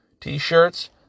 t-shirts